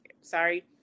Sorry